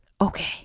okay